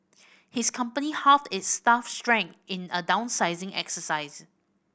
his company halved its staff strength in a downsizing exercise